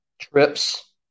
trips